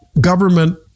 government